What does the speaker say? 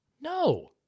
No